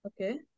Okay